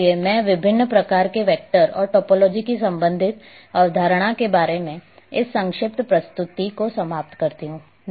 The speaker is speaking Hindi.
इसलिए मैं विभिन्न प्रकार के वैक्टर और टोपोलॉजी की संबंधित अवधारणा के बारे में इस संक्षिप्त प्रस्तुति को समाप्त करती हूं